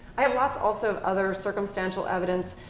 i have lots also of other circumstantial evidence,